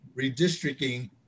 redistricting